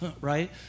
right